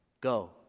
Go